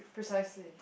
precisely